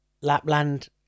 Lapland